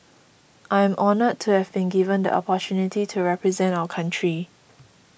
I am honour to have been given the opportunity to represent our country